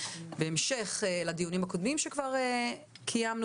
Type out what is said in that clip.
בהמשך לדיונים הקודמים שכבר קיימנו